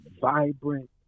vibrant